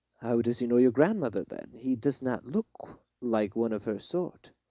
how does he know your grandmother, then? he does not look like one of her sort.